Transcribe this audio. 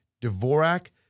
Dvorak